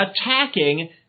...attacking